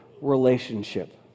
relationship